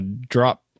drop